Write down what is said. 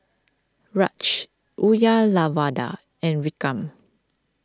Raj Uyyalawada and Vikram